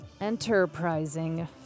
enterprising